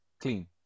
clean